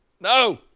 No